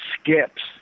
skips